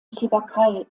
slowakei